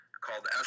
called